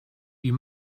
you